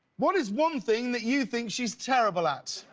what is one thing that you think she's terrible at?